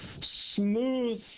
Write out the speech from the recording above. smooth